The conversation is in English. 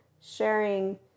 sharing